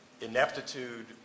ineptitude